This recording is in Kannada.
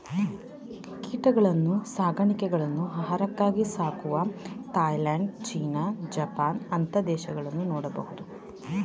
ಕೀಟಗಳನ್ನ್ನು ಸಾಕಾಣೆಗಳನ್ನು ಆಹಾರಕ್ಕಾಗಿ ಸಾಕುವ ಥಾಯಲ್ಯಾಂಡ್, ಚೀನಾ, ಜಪಾನ್ ಅಂತ ದೇಶಗಳನ್ನು ನೋಡಬಹುದು